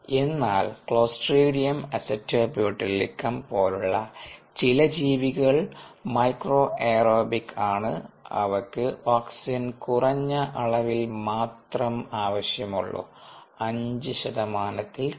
എന്നാൽ Clostridium acetobutylicum പോലുള്ള ചിലജീവികൾ മൈക്രോ എയ്റോബിക് ആണ് അവക്ക് ഓക്സിജൻ കുറഞ്ഞ അളവിൽ മാത്രം ആവശ്യമുള്ളൂ 5 ശതമാനത്തിൽ താഴെ